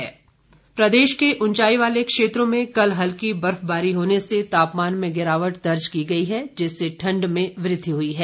मौसम प्रदेश के उंचाई वाले क्षेत्रों में कल हल्की बर्फबारी होने से तापमान में गिरावट दर्ज की गई है जिससे ठंड में वृद्धि हुई है